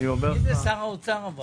אבל מי זה שר האוצר?